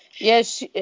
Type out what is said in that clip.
yes